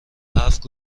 حرفت